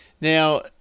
Now